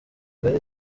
ngari